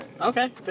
Okay